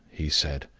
he said,